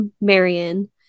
Marion